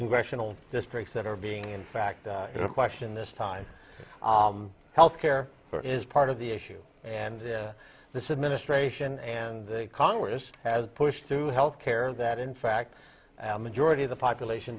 congressional districts that are being in fact that question this time health care is part of the issue and this is ministration and the congress has pushed through healthcare that in fact and majority of the population